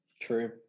true